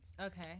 okay